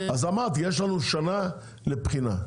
אמרתי, יש לנו שנה לבחינה.